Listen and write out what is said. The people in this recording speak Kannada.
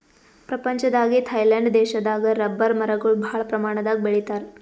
ಪ್ರಪಂಚದಾಗೆ ಥೈಲ್ಯಾಂಡ್ ದೇಶದಾಗ್ ರಬ್ಬರ್ ಮರಗೊಳ್ ಭಾಳ್ ಪ್ರಮಾಣದಾಗ್ ಬೆಳಿತಾರ್